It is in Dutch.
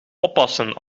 oppassen